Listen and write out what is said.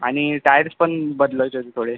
आणि टायर्स पण बदलायचे आहेत थोडे